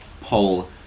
poll